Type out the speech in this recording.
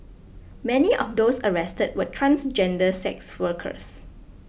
many of those arrested were transgender sex workers